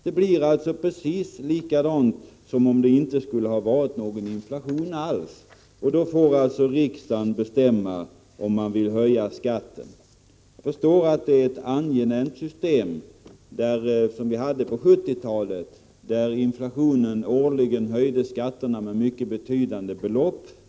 Det blir med andra ord precis likadant som om det inte skulle ha varit någon inflation alls. Då får alltså riksdagen bestämma om den vill höja skatten. Jag förstår att det är ett angenämt system som vi hade på 1970-talet, då inflationen årligen höjde skatterna med mycket betydande belopp.